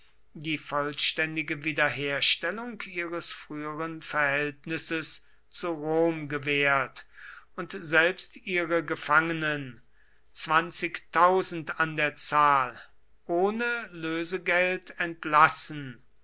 die vollständige wiederherstellung ihres früheren verhältnisses zu rom gewährt und selbst ihre gefangenen an der zahl ohne lösegeld entlassen